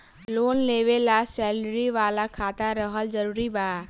Loan लेवे ला salary वाला खाता रहल जरूरी बा?